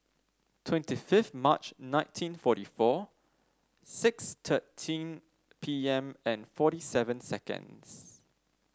twenty fifth March nineteen forty four six thirteen P M and forty seven seconds